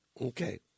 Okay